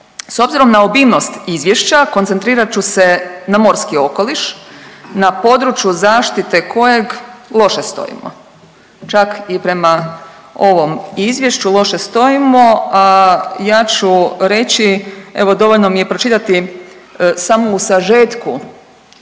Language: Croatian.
S obzirom na obimnost izvješća koncentrirat ću se na morski okoliš na području zaštite kojeg loše stojimo, čak i prema ovom izvješću loše stojimo, a ja ću reći, evo dovoljno mi je pročitati samo u sažetku